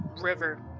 River